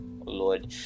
lord